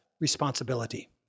responsibility